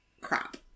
Crap